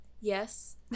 Yes